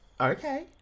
Okay